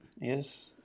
Yes